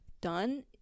done